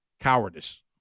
Cowardice